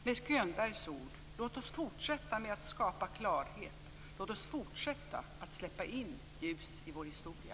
Med Könbergs ord: Låt oss fortsätta med att skapa klarhet! Låt oss fortsätta att släppa in ljus i vår historia!